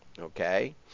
Okay